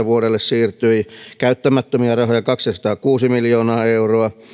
vuodelle kaksituhattaseitsemäntoista siirtyi käyttämättömiä rahoja kaksisataakuusi miljoonaa euroa